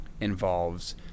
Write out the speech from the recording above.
involves